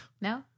No